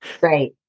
Right